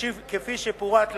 כפי שפורט לעיל,